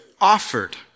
offered